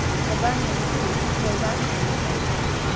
for bunny and sue were riding in the front seat.